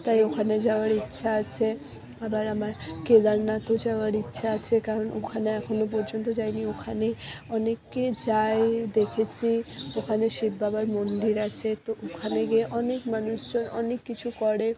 তাই ওখানে যাওয়ার ইচ্ছা আছে আবার আমার কেদারনাথও যাওয়ার ইচ্ছা আছে কারণ ওখানে এখনও পর্যন্ত যাইনি ওখানে অনেকে যায় দেখেছি ওখানে শিব বাবার মন্দির আছে তো ওখানে গিয়ে অনেক মানুষজন অনেক কিছু করে